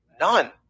None